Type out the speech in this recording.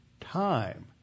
time